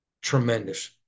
tremendous